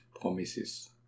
promises